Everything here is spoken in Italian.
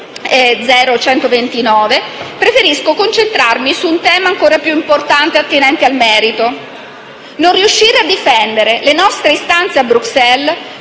preferisco concentrarmi su un tema ancor più importante attinente il merito. Non riuscire a difendere le nostre istanze a Bruxelles